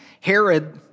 Herod